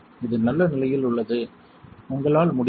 இது நல்ல நிலையில் உள்ளது உங்களால் முடியும்